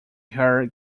hair